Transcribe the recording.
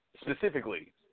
specifically